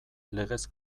legez